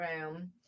room